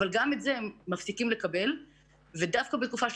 הם מפסיקים לקבל ודווקא בתקופה של